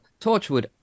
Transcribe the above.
Torchwood